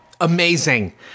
Amazing